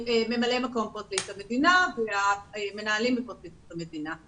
ממלא מקום פרקליט המדינה והמנהלים בפרקליטות המדינה.